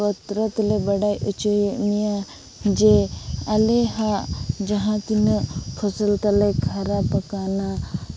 ᱯᱚᱛᱨᱚ ᱛᱮᱞᱮ ᱵᱟᱰᱟᱭ ᱦᱚᱪᱚᱭᱮᱫ ᱢᱮᱭᱟ ᱡᱮ ᱟᱞᱮ ᱦᱟᱸᱜ ᱡᱟᱦᱟᱛᱤᱱᱟᱹᱜ ᱯᱷᱳᱥᱚᱞ ᱛᱟᱞᱮ ᱠᱷᱟᱨᱟᱯᱟᱠᱟᱱᱟ